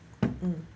mm